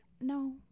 no